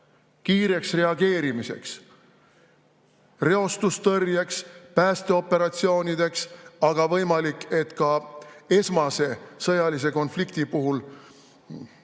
kiireks reageerimiseks, reostustõrjeks, päästeoperatsioonideks, aga võimalik, et ka esmase sõjalise konflikti puhul